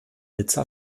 nizza